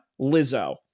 lizzo